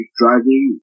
driving